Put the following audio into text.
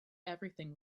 everything